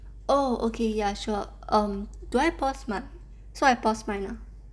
oh okay ya sure um do I pause mine so I pause mine ah